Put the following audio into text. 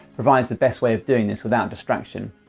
provides the best way of doing this without distraction.